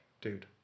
Dude